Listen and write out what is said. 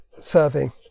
serving